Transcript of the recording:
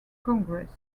congress